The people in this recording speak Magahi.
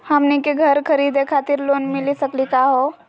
हमनी के घर खरीदै खातिर लोन मिली सकली का हो?